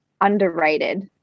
underrated